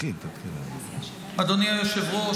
אדוני היושב-ראש,